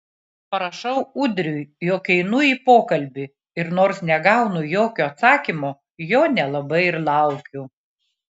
parašau ūdriui jog einu į pokalbį ir nors negaunu jokio atsakymo jo nelabai ir laukiu